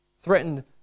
threatened